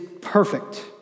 perfect